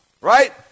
right